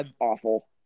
awful